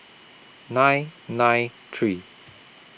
nine nine three